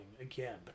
again